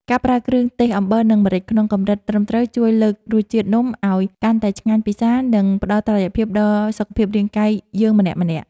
ការប្រើគ្រឿងទេសអំបិលនិងម្រេចក្នុងកម្រិតត្រឹមត្រូវជួយលើករសជាតិនំឱ្យកាន់តែឆ្ងាញ់ពិសា និង ផ្ដល់តុល្យភាពដល់សុខភាពរាងកាយយើងម្នាក់ៗ។